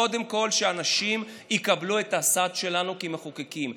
קודם כול שאנשים יקבלו את הסעד שלנו כמחוקקים.